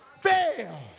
fail